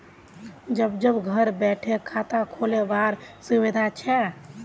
जब जब घर बैठे खाता खोल वार सुविधा छे